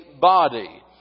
body